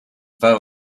vote